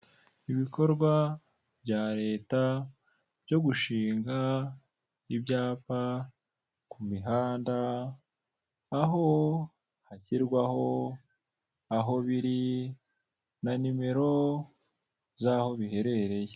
Ibikorwa bya Leta byo gushinga ibyapa ku mihanda aho hashyirwaho aho biri na nimero z'aho biherereye.